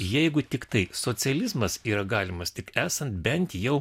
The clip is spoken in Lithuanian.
jeigu tiktai socializmas yra galimas tik esant bent jau